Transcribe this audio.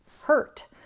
hurt